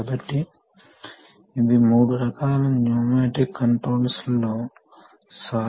కాబట్టి మీరు ఇక్కడ ఉన్నారు నా ఉద్దేశ్యం ఏమిటంటే మీకు పొజిషన్ ఫోర్స్ వెలాసిటీ మొదలైన వాటిపై స్టెప్ లెస్ నియంత్రణ ఉంది